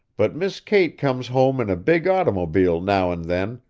but miss kate comes home in a big automobile now and then,